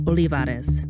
Olivares